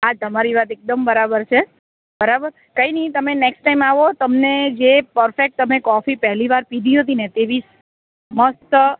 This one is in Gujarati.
હાં તમારી વાત એકદમ બરાબર છે બરાબર કંઈ નહીં તમે નેક્સ્ટ ટાઈમ આવો તમને જે પરફેક્ટ તમે કોફી પહેલીવાર પીધી હતીને તેવી જ મસ્ત